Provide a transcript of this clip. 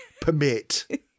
permit